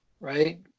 Right